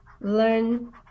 learn